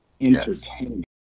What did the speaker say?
Entertainment